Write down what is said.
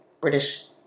British